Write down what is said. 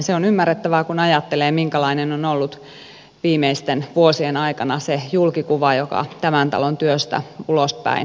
se on ymmärrettävää kun ajattelee minkälainen on ollut viimeisten vuosien aikana se julkikuva joka tämän talon työstä ulospäin välittyy